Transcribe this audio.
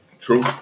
True